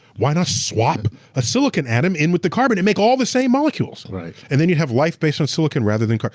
why not swap a silicon atom in with the carbon and make all the same molecules. and then you have life based on silicon rather than carbon.